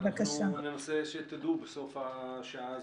אנחנו ננסה שתדעו בסוף השעה הזאת.